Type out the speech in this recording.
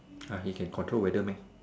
!huh! he can control weather meh